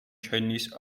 chinese